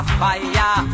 fire